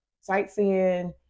sightseeing